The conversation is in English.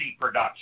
production